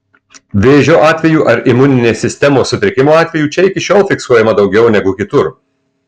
vėžio atvejų ar imuninės sistemos sutrikimo atvejų čia iki šiol fiksuojama daugiau negu kitur